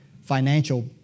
financial